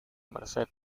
merced